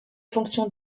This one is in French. fonctions